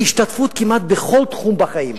להשתתפות כמעט בכל תחום בחיים.